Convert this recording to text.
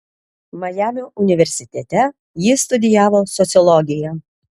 majamio universitete ji studijavo sociologiją